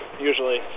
usually